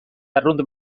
arrunt